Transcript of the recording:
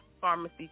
pharmacy